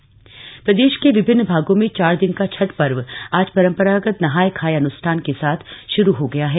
छठ पर्व प्रदेश के विभिन्न भागों में चार दिन का छठ पर्व आज परंपरागत नहाय खाय अन्ष्ठान के साथ श्रू हो गया है